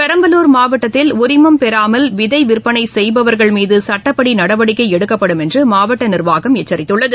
பெரம்பலூர் மாவட்டத்தில் உரிமம் பெறாமல் விதை விற்பனை செய்பவர்கள் மீது சட்டப்படி நடவடிக்கை எடுக்கப்படும் என்று மாவட்ட நிர்வாகம் எச்சரித்துள்ளது